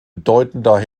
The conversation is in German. bedeutender